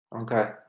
Okay